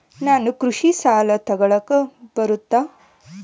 ನಾನು ಕೃಷಿ ಸಾಲ ತಗಳಕ ಬರುತ್ತಾ?